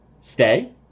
stay